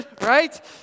right